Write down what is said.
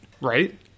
Right